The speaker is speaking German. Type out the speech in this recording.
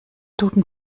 duden